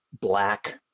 Black